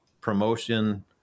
promotion